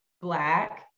Black